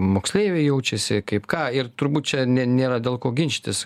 moksleiviai jaučiasi kaip ką ir turbūt čia ne nėra dėl ko ginčytis